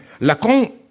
Lacan